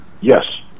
Yes